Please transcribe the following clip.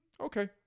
okay